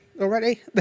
already